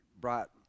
brought